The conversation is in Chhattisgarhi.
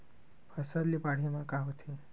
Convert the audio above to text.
फसल से बाढ़े म का होथे?